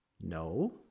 No